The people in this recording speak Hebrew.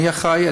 מי אחראי?